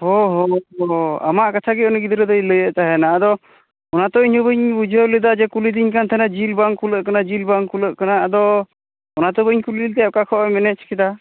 ᱦᱳ ᱦᱳ ᱦᱳ ᱟᱢᱟᱜ ᱠᱟᱛᱷᱟᱜᱮ ᱩᱱᱤ ᱜᱤᱫᱽᱨᱟ ᱫᱚᱭ ᱞᱟᱹᱭᱮᱫ ᱛᱟᱦᱮᱸᱫ ᱟᱫᱚ ᱚᱱᱟ ᱛᱚ ᱤᱧ ᱦᱚᱸ ᱵᱟᱹᱧ ᱵᱩᱡᱷᱟᱹᱣ ᱞᱮᱫᱟ ᱡᱮ ᱠᱩᱞᱤ ᱫᱤᱧ ᱛᱟᱦᱮᱱᱟᱭ ᱡᱤᱞ ᱵᱟᱝ ᱠᱩᱞᱟᱹᱜ ᱠᱟᱱᱟ ᱡᱤᱞ ᱵᱟᱝ ᱠᱩᱞᱟᱹᱜ ᱠᱟᱱᱟ ᱟᱫᱚ ᱚᱱᱟ ᱛᱚ ᱵᱟᱹᱧ ᱠᱩᱞᱤ ᱞᱮᱫᱮᱭᱟ ᱚᱠᱟ ᱠᱷᱚᱱ ᱢᱮᱱᱮᱡᱽ ᱠᱮᱫᱟᱭ